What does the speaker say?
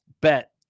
bet